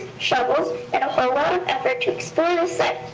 shovels, and a whole lot of effort to explore the